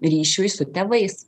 ryšiui su tėvais